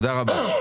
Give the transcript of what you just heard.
תודה רבה.